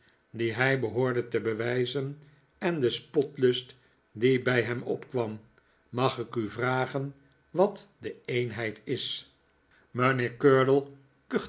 hij hij behoorde te bewijzen en den spotlust die bii hem opkwam mag ik u vragen wat de eenheid is